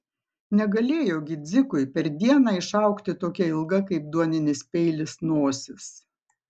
negalėjo gi dzikui per dieną išaugti tokia ilga kaip duoninis peilis nosis